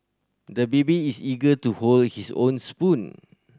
the baby is eager to hold his own spoon